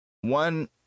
one